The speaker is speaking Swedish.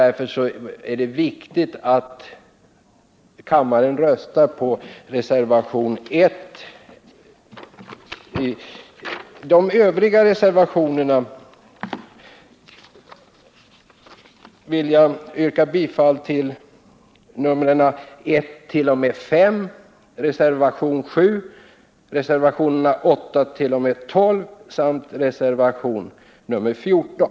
Därför är det viktigt att kammaren röstar på reservationen 1. Av de övriga reservationerna vill jag yrka bifall till nr 1-5, nr 7, nr 8-12 samt nr 14.